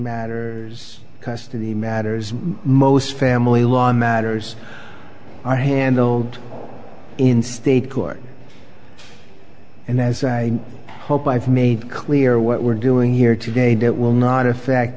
matters custody matters most family law matters are handled in state court and as i hope i've made clear what we're doing here today that will not a fact